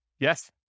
Yes